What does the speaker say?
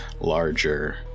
larger